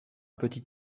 petit